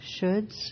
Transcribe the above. Shoulds